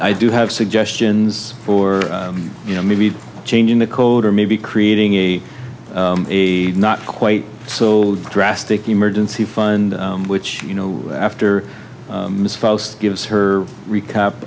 i do have suggestions for you know maybe changing the code or maybe creating a a not quite so drastic emergency fund which you know after gives her recap